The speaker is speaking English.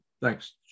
thanks